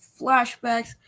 flashbacks